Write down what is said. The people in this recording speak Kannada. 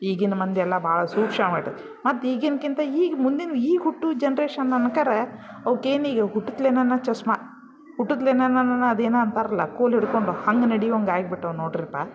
ಈಗಿನ ಮಂದಿಯೆಲ್ಲ ಭಾಳ ಸೂಕ್ಷ್ಮ ಮತ್ತು ಈಗಿನ್ಕಿಂತ ಈಗ ಮುಂದಿನ ಈಗ ಹುಟ್ಟುವ ಜನ್ರೇಷನ್ ಅನ್ಕರೆ ಅವಕ್ಕೇನೀಗ ಹುಟ್ಟುತ್ಲೆನನ ಚಶ್ಮಾ ಹುಟ್ಟುತ್ಲೆನನ ಅದೇನೊ ಅಂತಾರಲ್ಲ ಕೋಲು ಹಿಡ್ಕೊಂಡು ಹಂಗೆ ನಡಿವಂಗೆ ಆಗ್ಬಿಟ್ಟವೆ ನೋಡಿರಿಪ್ಪ